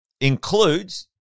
includes